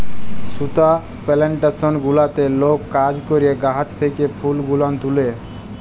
সুতা পেলেনটেসন গুলাতে লক কাজ ক্যরে গাহাচ থ্যাকে ফুল গুলান তুলে